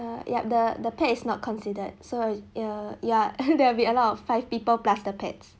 err yup the the pet is not considered so err yeah and that will be allowed of five people plus the pets